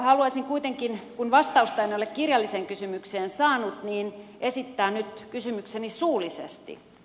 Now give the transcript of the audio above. haluaisin kuitenkin kun vastausta en ole kirjalliseen kysymykseen saanut esittää nyt kysymykseni suullisesti